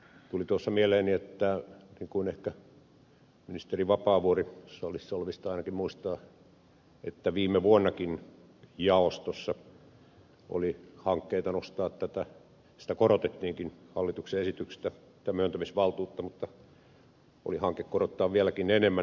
tuli tuossa mieleeni että niin kuin ehkä ministeri vapaavuori salissa olevista ainakin muistaa viime vuonnakin jaostossa oli hankkeita nostaa tätä myöntämisvaltuutta sitä korotettiinkin hallituksen esityksestä mutta oli hanke korottaa vieläkin enemmän